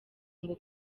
ngo